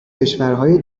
کشورهای